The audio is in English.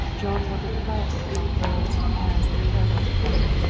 jean wandered quietly along roads and paths that paralleled the front.